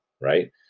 right